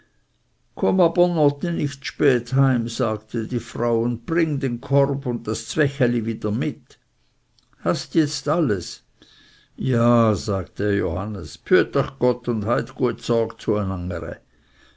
nicht z'spät heim sagte die frau und bring den korb und das zwecheli wieder mit hast jetzt alles ja sagte johannes bhüet ech gott und heyt guet sorg